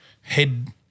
head